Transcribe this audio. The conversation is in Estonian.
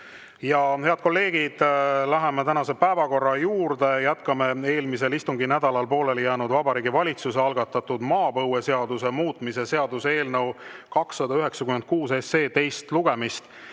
Head kolleegid, läheme tänase päevakorra juurde. Jätkame eelmisel istunginädalal pooleli jäänud Vabariigi Valitsuse algatatud maapõueseaduse muutmise seaduse eelnõu 296 teist lugemist.